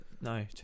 No